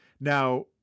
Now